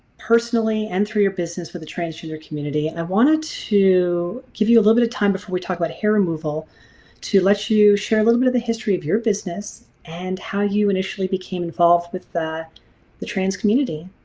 personally and through your business for the transgender community. and i wanted to give you you a little bit of time before we talk about hair removal to let you share a little bit of the history of your business and how you initially became involved with the the trans community.